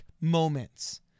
moments